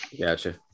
Gotcha